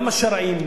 גם השרעיים,